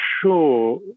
sure